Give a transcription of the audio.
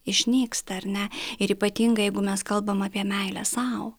išnyksta ar ne ir ypatingai jeigu mes kalbam apie meilę sau